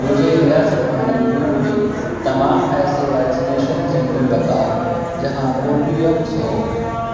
مجھے ریاست منی پور میں تمام ایسے ویکسینیشن سینٹر بتاؤ جہاں کوربی ویکس ہو